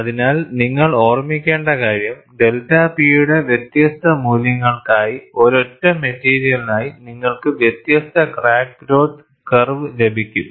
അതിനാൽ നിങ്ങൾ ഓർമ്മിക്കേണ്ട കാര്യം ഡെൽറ്റ P യുടെ വ്യത്യസ്ത മൂല്യങ്ങൾക്കായി ഒരൊറ്റ മെറ്റീരിയലിനായി നിങ്ങൾക്ക് വ്യത്യസ്ത ക്രാക്ക് ഗ്രോത്ത് കർവ് ലഭിക്കും